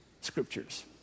scriptures